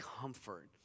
comfort